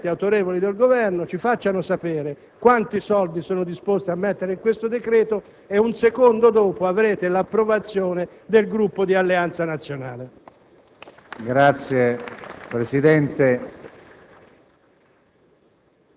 esponenti autorevoli del Governo; ci facciano sapere quanti soldi sono disposti a prevedere in questo decreto e, un secondo dopo, avranno l'approvazione del Gruppo di Alleanza Nazionale.